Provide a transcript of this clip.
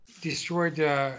destroyed